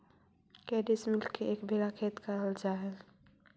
के डिसमिल के एक बिघा खेत कहल जा है?